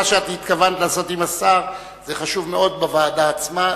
מה שאת התכוונת לעשות עם השר זה חשוב מאוד בוועדה עצמה.